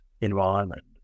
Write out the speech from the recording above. environment